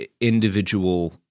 individual